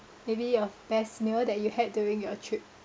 maybe your best meal that you had during your trip